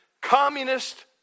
communist